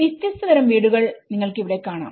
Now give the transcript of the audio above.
വ്യത്യസ്ത തരം വീടുകൾ നിങ്ങൾക്ക് ഇവിടെ കാണാം